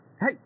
Hey